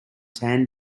tan